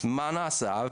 מה נעשה,